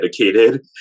dedicated